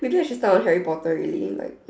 maybe I should start on Harry Potter really like